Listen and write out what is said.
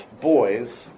boys